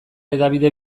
hedabide